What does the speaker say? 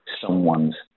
someone's